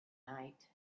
night